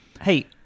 Hey